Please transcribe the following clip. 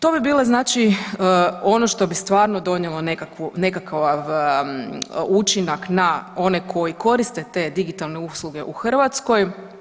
To bi bilo znači ono što bi stvarno donijelo nekakav učinak na one koji koriste te digitalne usluge u Hrvatskoj.